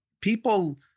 People